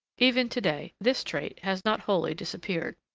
even to-day this trait has not wholly disappeared.